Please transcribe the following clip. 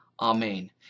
Amen